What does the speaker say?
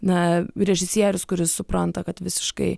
na režisierius kuris supranta kad visiškai